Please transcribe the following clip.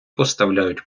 поставляють